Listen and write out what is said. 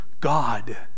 God